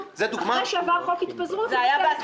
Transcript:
או כאשר אחרי שעבר חוק התפזרות רצו פתאום --- זו דוגמה?